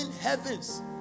heavens